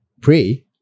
pray